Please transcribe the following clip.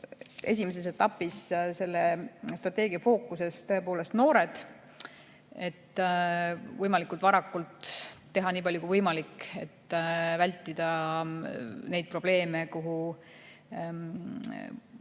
Esimeses etapis on selle strateegia fookuses tõepoolest noored, et võimalikult varakult teha nii palju kui võimalik, et vältida neid probleeme, kuhu